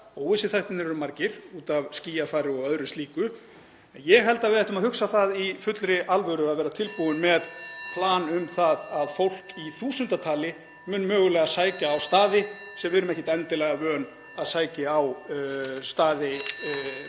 Óvissuþættirnir eru margir út af skýjafari og öðru slíku. En ég held að við ættum að hugsa það í fullri alvöru að vera tilbúin með plan (Forseti hringir.) um það að fólk í þúsundatali muni mögulega sækja á staði sem við erum ekkert endilega vön að sæki á